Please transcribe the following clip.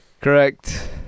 Correct